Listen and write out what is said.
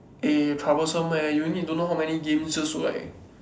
eh troublesome eh you need don't know how many games just whack